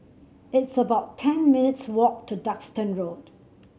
it's about ten minutes' walk to Duxton Road